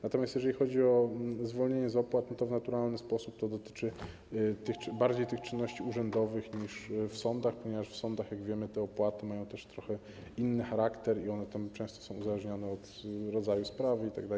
Natomiast jeżeli chodzi o zwolnienie z opłat, to w naturalny sposób to dotyczy bardziej tych czynności urzędowych niż tych w sądach, ponieważ w sądach, jak wiemy, te opłaty mają też trochę inny charakter i one tam często są uzależnione od rodzaju sprawy itd.